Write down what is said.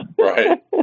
right